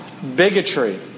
bigotry